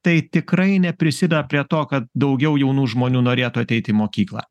tai tikrai neprisideda prie to kad daugiau jaunų žmonių norėtų ateit į mokyklą